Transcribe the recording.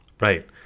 Right